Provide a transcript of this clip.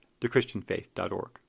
thechristianfaith.org